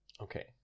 Okay